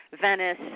Venice